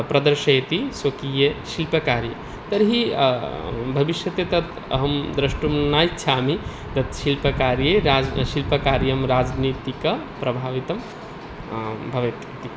प्रदर्शयति स्वकीयशिल्पकार्ये तर्हि भविष्यति तत् अहं द्रष्टुं न इच्छामि तद् शिल्पकार्ये राज् शिल्पकार्यं राजनीतिकप्रभावितं भवेत् इति